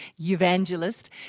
evangelist